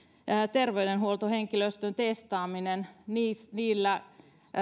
terveydenhuoltohenkilöstön testaaminen niillä niillä